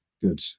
Good